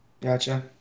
Gotcha